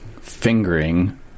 fingering